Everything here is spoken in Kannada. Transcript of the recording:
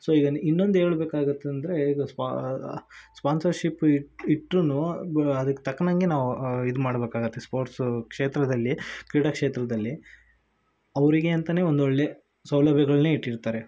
ಸೊ ಈಗ ನ್ ಇನ್ನೊಂದು ಹೇಳ್ಬೇಕಾಗತ್ ಅಂದರೆ ಇದು ಸ್ಪಾ ಸ್ಪಾನ್ಸರ್ಶಿಪ್ ಇಟ್ಟು ಇಟ್ರೂ ಅದಕ್ಕೆ ತಕ್ಕನಂಗೆ ನಾವು ಇದು ಮಾಡಬೇಕಾಗತ್ತೆ ಸ್ಪೋರ್ಟ್ಸು ಕ್ಷೇತ್ರದಲ್ಲಿ ಕ್ರೀಡಾ ಕ್ಷೇತ್ರದಲ್ಲಿ ಅವರಿಗೆ ಅಂತಲೇ ಒಂದು ಒಳ್ಳೆಯ ಸೌಲಭ್ಯಗಳನ್ನೇ ಇಟ್ಟಿರ್ತಾರೆ